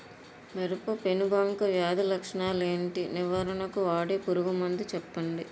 మిరప పెనుబంక వ్యాధి లక్షణాలు ఏంటి? నివారణకు వాడే పురుగు మందు చెప్పండీ?